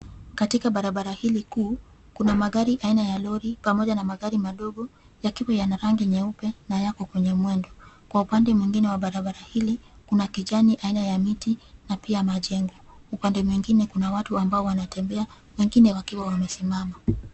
Katika barabara hili kuu, kuna magari aina ya lori pamoja na magari madogo, yakiwa yana rangi nyeupe na yako kwenye mwendo. Kwa upande mwingine wa barabara hili, kuna kijani aina ya miti na pia majengo. Upande mwingine kuna watu ambao wanatembea wengine wakiwa wamesimama.